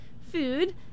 Food